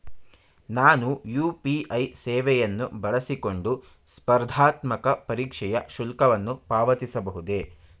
ನಾನು ಯು.ಪಿ.ಐ ಸೇವೆಯನ್ನು ಬಳಸಿಕೊಂಡು ಸ್ಪರ್ಧಾತ್ಮಕ ಪರೀಕ್ಷೆಯ ಶುಲ್ಕವನ್ನು ಪಾವತಿಸಬಹುದೇ?